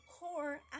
core